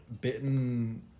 bitten